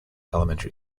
elementary